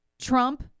Trump